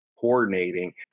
coordinating